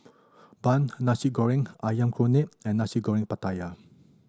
bun Nasi Goreng Ayam Kunyit and Nasi Goreng Pattaya